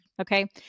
okay